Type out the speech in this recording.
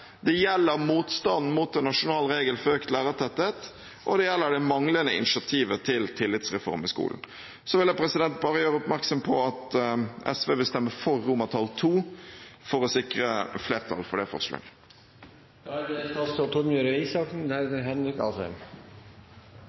det gjelder avskilting av lærere, det gjelder motstanden mot en nasjonal regel for økt lærertetthet, og det gjelder det manglende initiativet til tillitsreform i skolen. Så vil jeg bare gjøre oppmerksom på at SV vil stemme for II for å sikre flertall for det forslaget. Den viktigste jobben til skolen er